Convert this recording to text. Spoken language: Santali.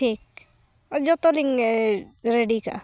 ᱴᱷᱤᱠ ᱡᱷᱚᱛᱚ ᱞᱤᱧ ᱨᱮᱰᱤ ᱠᱟᱜᱼᱟ